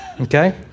okay